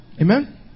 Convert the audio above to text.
Amen